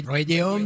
Radio